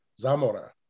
Zamora